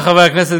חברי חברי הכנסת,